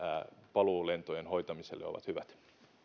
paluulentojen hoitamiselle ovat hyvät